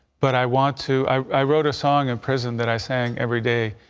but i want to i i wrote a song of president that i sang every day.